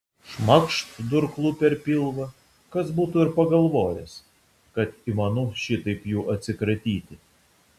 šmakšt durklu per pilvą kas būtų ir pagalvojęs kad įmanu šitaip jų atsikratyti